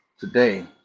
today